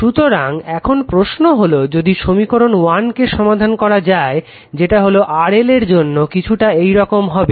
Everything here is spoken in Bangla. সুতরাং এখন প্রশ্নটি হলো যদি সমীকরণ 1 কে সমাধান করা যায় যেটা হলো RL এর জন্য কিছুটা এইরকম হবে